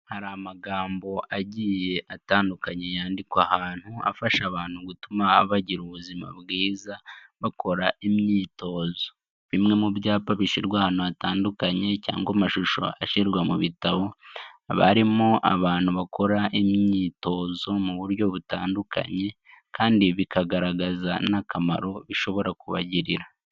Hari amagambo agiye atandukanye yandikwa ahantu, afasha abantu gutuma bagira ubuzima bwiza, bakora imyitozo. Bimwe mu byapa bishyirwa ahantu hatandukanye cyangwa amashusho ashyirwa mu bitabo, barimo abantu bakora imyitozo mu buryo butandukanye kandi bikagaragaza n'akamaro bishobora kubagirira.